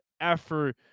effort